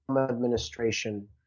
administration